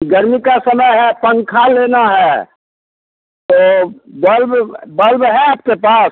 गर्मी का समय है पंखा लेना है तो बल्ब बल्ब है आपके पास